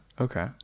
Okay